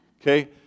Okay